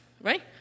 right